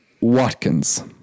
Watkins